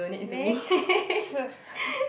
next